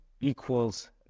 equals